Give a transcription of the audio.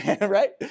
right